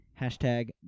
hashtag